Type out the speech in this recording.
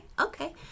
okay